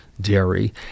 dairy